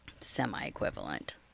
Semi-equivalent